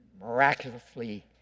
miraculously